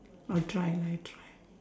I'll try lah I try